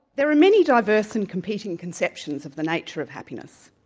there are many diverse and competing conceptions of the nature of happiness.